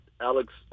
Alex